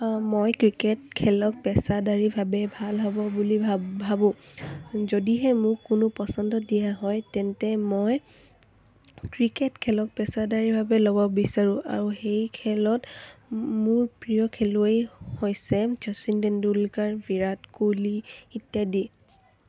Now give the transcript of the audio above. মই ক্ৰিকেট খেলক পেচাদাৰীভাৱে ভাল হ'ব বুলি ভাব ভাবোঁ যদিহে মোক কোনো পচন্দ দিয়া হয় তেন্তে মই ক্ৰিকেট খেলক পেচাদাৰীভাৱে ল'ব বিচাৰোঁ আৰু সেই খেলত মোৰ প্ৰিয় খেলুৱৈ হৈছে শচীন তেণ্ডুলকাৰ বিৰাট কোহলি ইত্যাদি